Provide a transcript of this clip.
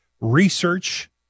research